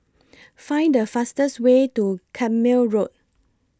Find The fastest Way to Carpmael Road